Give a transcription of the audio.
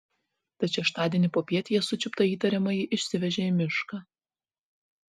tad šeštadienį popiet jie sučiuptą įtariamąjį išsivežė į mišką